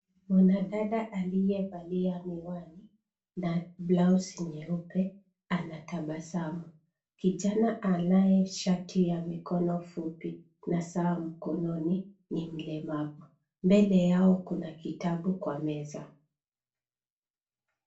Mwanadada aliyevalia miwani na blausi nyeupe anatabasamu. Kijana anaye shati ya mikono fupi na saa mkononi ni mlemavu. Mbele yao kuna kitabu kwa meza.